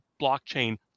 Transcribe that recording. blockchain